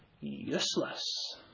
useless